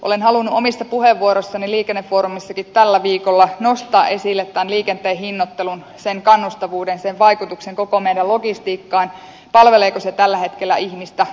olen halunnut omissa puheenvuoroissani liikennefoorumissakin tällä viikolla nostaa esille tämän liikenteen hinnoittelun sen kannustavuuden sen vaikutuksen koko meidän logistiikkaamme palveleeko se tällä hetkellä ihmistä